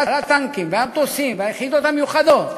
הטנקים ועל המטוסים ועל היחידות המיוחדות,